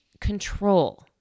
control